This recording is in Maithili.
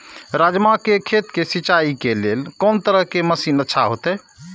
राजमा के खेत के सिंचाई के लेल कोन तरह के मशीन अच्छा होते?